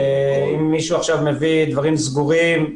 למשל אם מישהו מביא דברים סגורים...